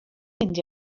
mynd